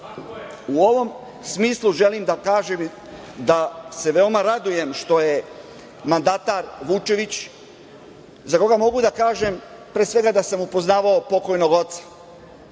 ovom smislu želim da kažem da se veoma radujem što je mandatar Vučević, za koga mogu da kažem, pre svega, da sam mu poznavao pokojnog oca